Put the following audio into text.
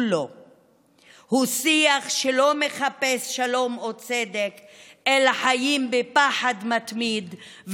לא הוא שיח שלא מחפש שלום או צדק אלא חיים בפחד מתמיד,